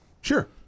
Sure